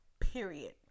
period